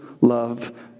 love